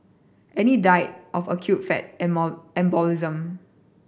Annie died of acute fat embolism